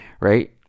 right